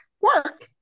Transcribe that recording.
work